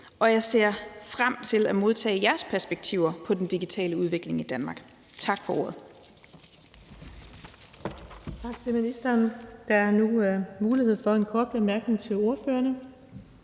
Og jeg ser frem til at modtage jeres perspektiver på den digitale udvikling i Danmark. Tak for ordet.